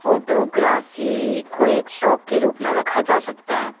photography को एक शौक़ के रूप में रखा जा सकता है